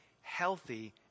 healthy